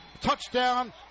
Touchdown